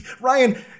Ryan